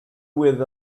with